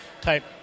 type